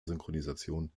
synchronisation